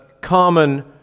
common